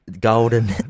golden